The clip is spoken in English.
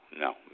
No